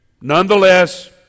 Nonetheless